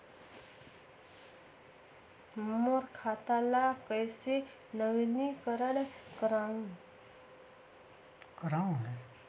मोर खाता ल कइसे नवीनीकरण कराओ?